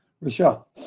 Michelle